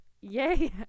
Yay